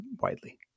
widely